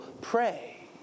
pray